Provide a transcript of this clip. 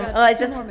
i just,